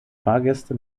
fahrgäste